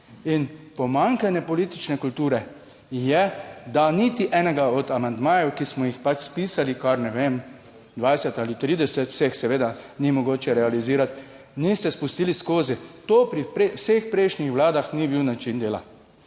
In pomanjkanje politične kulture je, da niti enega od amandmajev, ki smo jih pač spisali, ne vem, 20 ali 30 vseh seveda ni mogoče realizirati, niste spustili skozi. To pri vseh prejšnjih vladah ni bil način dela.